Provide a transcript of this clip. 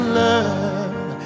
love